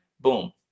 Boom